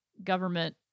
government